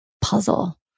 puzzle